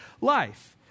life